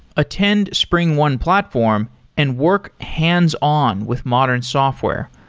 attend springone platform and work hands-on with modern software.